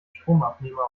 stromabnehmer